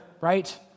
right